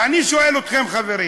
ואני שואל אתכם, חברים: